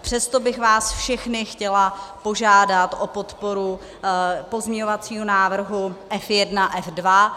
Přesto bych vás všechny chtěla požádat o podporu pozměňovacího návrhu F1 a F2.